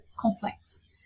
complex